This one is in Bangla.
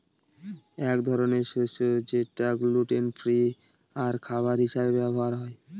এক ধরনের শস্য যেটা গ্লুটেন ফ্রি আর খাবার হিসাবে ব্যবহার হয়